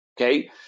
Okay